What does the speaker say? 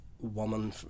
woman